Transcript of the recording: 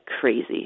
crazy